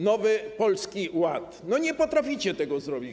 Nowy Polski Ład - no nie potraficie tego zrobić.